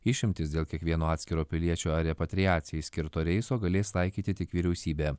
išimtis dėl kiekvieno atskiro piliečio repatriacijai skirto reiso galės taikyti tik vyriausybė